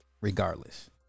regardless